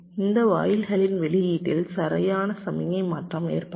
இந்த வாயில்களின் வெளியீட்டில் சரியான சமிக்ஞை மாற்றம் ஏற்படாது